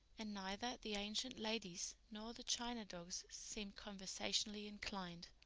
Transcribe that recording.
and neither the ancient ladies nor the china dogs seemed conversationally inclined.